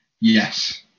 Yes